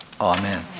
amen